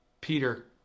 Peter